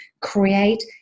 create